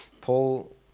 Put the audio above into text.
Paul